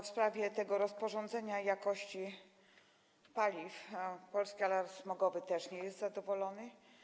W sprawie tego rozporządzenia, jakości paliw - Polski Alarm Smogowy też nie jest zadowolony.